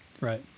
Right